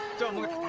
don't we